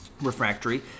refractory